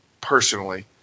personally